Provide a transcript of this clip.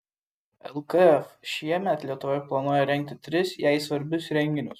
lkf šiemet lietuvoje planuoja rengti tris jai svarbius renginius